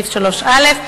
סעיף 3א,